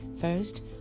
first